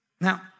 Now